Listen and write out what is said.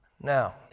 Now